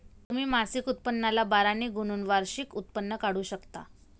तुम्ही मासिक उत्पन्नाला बारा ने गुणून वार्षिक उत्पन्न काढू शकता